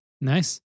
Nice